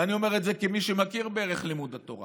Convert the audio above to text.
ואני אומר את זה כמי שמכיר בערך לימוד התורה